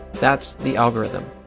that's the algorithm.